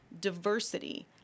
diversity